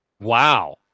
Wow